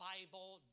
Bible